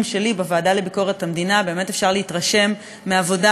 שלי בוועדה לביקורת המדינה באמת אפשרו להתרשם מעבודה